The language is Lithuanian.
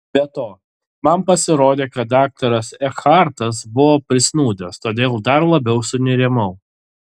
be to man pasirodė kad daktaras ekhartas buvo prisnūdęs todėl dar labiau sunerimau